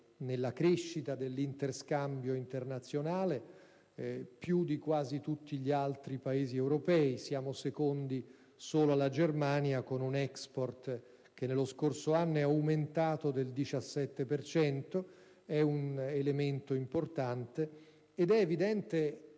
nella crescita dell'interscambio internazionale, più di quasi tutti gli altri Paesi europei: siamo secondi solo alla Germania, con un export che nello scorso anno è aumentato del 17 per cento. È un elemento importante, ed è altrettanto